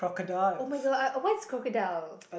oh-my-god I what is crocodile